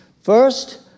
First